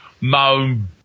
moan